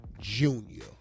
Junior